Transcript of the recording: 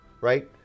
right